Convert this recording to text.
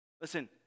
Listen